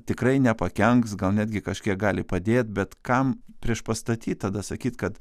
tikrai nepakenks gal netgi kažkiek gali padėt bet kam priešpastatyt tada sakyt kad